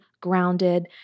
grounded